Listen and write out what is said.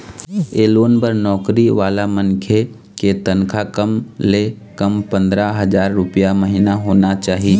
ए loan बर नउकरी वाला मनखे के तनखा कम ले कम पंदरा हजार रूपिया महिना होना चाही